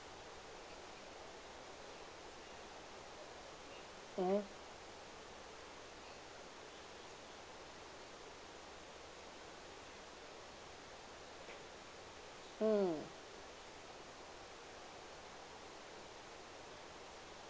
mmhmm mm